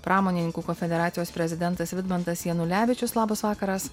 pramonininkų konfederacijos prezidentas vidmantas janulevičius labas vakaras